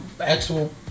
actual